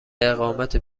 اقامت